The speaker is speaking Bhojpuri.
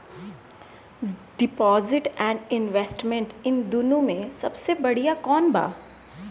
डिपॉजिट एण्ड इन्वेस्टमेंट इन दुनो मे से सबसे बड़िया कौन बा?